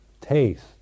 taste